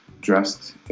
dressed